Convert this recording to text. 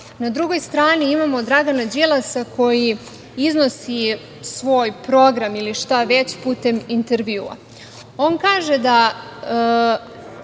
na drugoj strani imamo Dragana Đilasa koji iznosi svoj program ili šta već putem intervjua. On kaže da